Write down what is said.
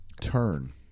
turn